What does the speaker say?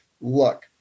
look